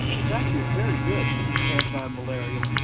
it's actually a very good anti-malarial,